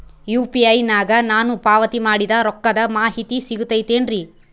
UPI ನಾಗ ನಾನು ಪಾವತಿ ಮಾಡಿದ ರೊಕ್ಕದ ಮಾಹಿತಿ ಸಿಗುತೈತೇನ್ರಿ?